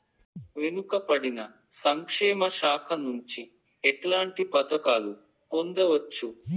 వెనుక పడిన సంక్షేమ శాఖ నుంచి ఎట్లాంటి పథకాలు పొందవచ్చు?